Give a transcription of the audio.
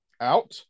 out